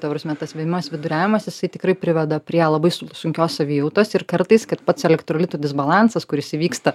ta prasme tas vėmimas viduriavimas jisai tikrai priveda prie labai su sunkios savijautos ir kartais kad pats elektrolitų disbalansas kuris įvyksta